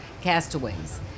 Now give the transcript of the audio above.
castaways